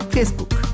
Facebook